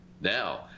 Now